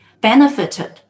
benefited